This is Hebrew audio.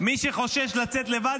מי שחושש לצאת לבד,